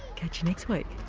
catch you next week